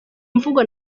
mvugo